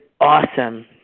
awesome